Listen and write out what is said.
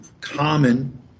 common